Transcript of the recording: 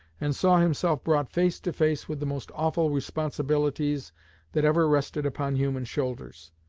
and saw himself brought face to face with the most awful responsibilities that ever rested upon human shoulders.